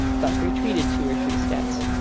buck retreated two or three steps.